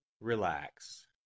Relax